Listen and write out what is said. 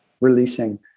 releasing